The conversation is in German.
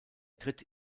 tritt